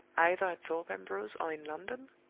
either at thorpe ambrose or in london?